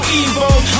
evil